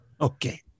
Okay